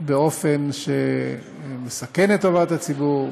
באופן שמסכן את טובת הציבור,